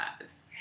lives